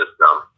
system